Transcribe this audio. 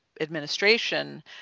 administration